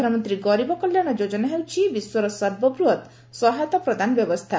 ପ୍ରଧାନମନ୍ତ୍ରୀ ଗରିବ କଲ୍ୟାଣ ଯୋଜନା ହେଉଛି ବିଶ୍ୱର ସର୍ବବୃହତ୍ ସହାୟତା ପ୍ରଦାନ ବ୍ୟବସ୍ଥା